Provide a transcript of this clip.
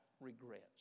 regrets